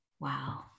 Wow